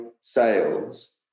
sales